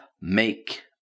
make